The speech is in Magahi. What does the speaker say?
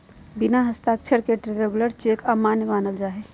बिना हस्ताक्षर के ट्रैवलर चेक अमान्य मानल जा हय